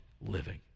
living